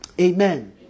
Amen